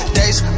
days